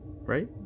Right